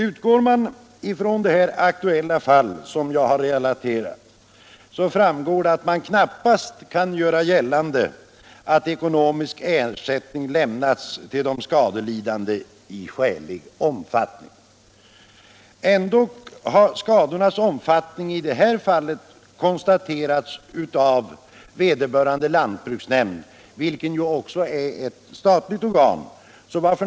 Utgår man från det aktuella fall som jag har relaterat framgår det att man knappast kan göra gällande att ekonomisk ersättning lämnats till de skadelidande i skälig omfattning. Ändå har skadornas omfattning i det här fallet konstaterats av vederbörande lantbruksnämnd, vilken också är ett statligt organ.